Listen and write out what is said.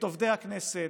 את עובדי הכנסת,